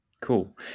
Cool